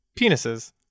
penises